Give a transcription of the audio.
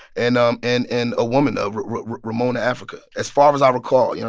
and um and and a woman, ah ramona africa. as far as i recall, you know